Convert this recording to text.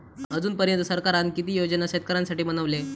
अजून पर्यंत सरकारान किती योजना शेतकऱ्यांसाठी बनवले?